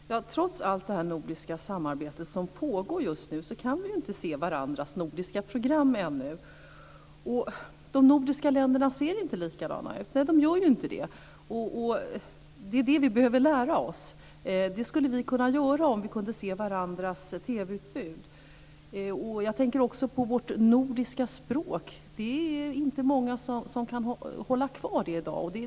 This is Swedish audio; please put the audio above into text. Fru talman! Trots allt det nordiska samarbete som pågår kan vi inte se varandras nordiska program. De nordiska länderna ser inte likadana ut. Det är det vi behöver lära oss. Det skulle vi kunna göra om vi kunde se varandras TV-utbud. Jag tänker också på vårt nordiska språk. Det är inte många som kan det i dag.